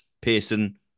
Pearson